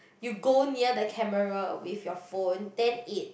you go near the camera with your phone then it